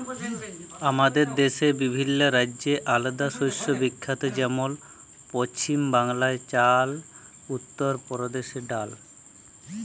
আমাদের দ্যাশে বিভিল্ল্য রাজ্য আলেদা শস্যে বিখ্যাত যেমল পছিম বাংলায় চাল, উত্তর পরদেশে ডাল